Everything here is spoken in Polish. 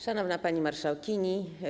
Szanowna Pani Marszałkini!